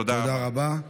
תודה רבה.